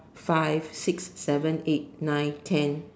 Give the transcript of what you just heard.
five six seven eight nine ten